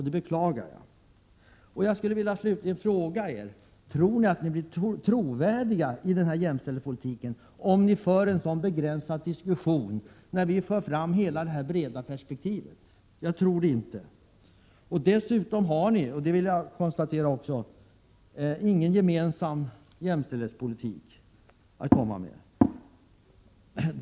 Det beklagar jag. Tror ni att ni blir trovärdiga när det gäller jämställdhetspolitiken om ni för en sådan begränsad diskussion när vi för fram hela det breda perspektivet? Jag tror inte det. Ni har inte heller, det vill jag också påpeka, någon gemensam jämställdhetspolitik att komma med.